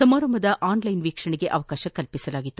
ಸಮಾರಂಭದ ಆನ್ಲೈನ್ ವೀಕ್ಷಣೆಗೆ ಅವಕಾಶ ಕಲ್ಪಿಸಲಾಗಿತ್ತು